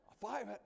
five